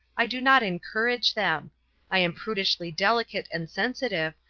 i do not encourage them i am prudishly delicate and sensitive,